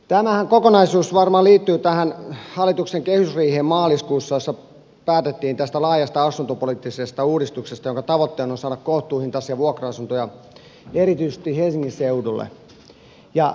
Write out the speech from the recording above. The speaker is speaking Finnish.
tämä kokonaisuushan varmaan liittyy tähän hallituksen kehysriiheen maaliskuussa jossa päätettiin tästä laajasta asuntopoliittisesta uudistuksesta jonka tavoitteena on saada kohtuuhintaisia vuokra asuntoja erityisesti helsingin seudulle